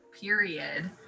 period